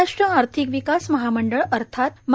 महाराष्ट्र आर्थिक विकास महामंडळ अर्थात मा